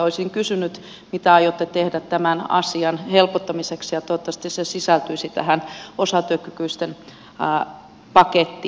olisin kysynyt mitä aiotte tehdä tämän asian helpottamiseksi ja toivottavasti se sisältyisi tähän osatyökykyisten pakettiin